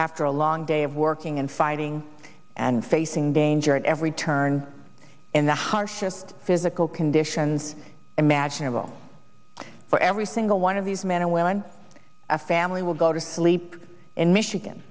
after a long day of working and fighting and facing danger at every turn in the harshest physical conditions imaginable for every single one of these men and women a family will go to sleep in michigan